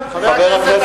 חבר הכנסת,